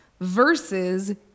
versus